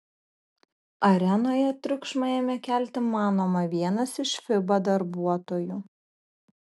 arenoje triukšmą ėmė kelti manoma vienas iš fiba darbuotojų